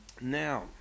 Now